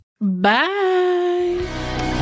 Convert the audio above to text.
Bye